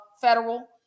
federal